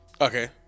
Okay